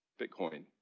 Bitcoin